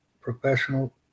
professional